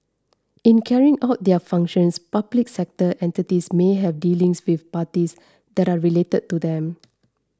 in carrying out their functions public sector entities may have dealings with parties that are related to them